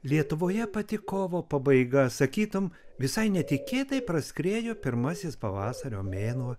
lietuvoje pati kovo pabaiga sakytum visai netikėtai praskriejo pirmasis pavasario mėnuo